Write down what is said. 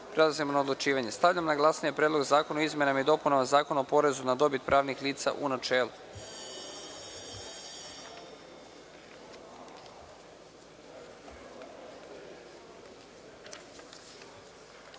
prelazimo na odlučivanje. Stavljam na glasanje Predlog zakona o izmenama i dopunama Zakona o porezu na dobit pravnih lica, u načelu. Molim